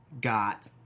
got